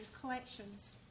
collections